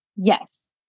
Yes